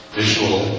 visual